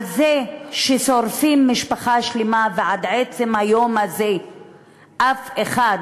על זה ששורפים משפחה שלמה ועד עצם היום הזה אף אחד